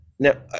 Now